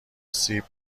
سیب